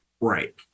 Right